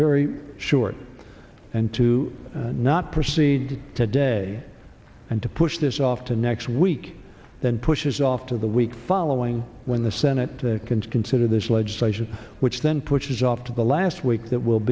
very short and to not proceed today and to push this off to next week then pushes off to the week following when the senate can consider this legislation which then pushes off to the last week that will